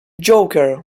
joker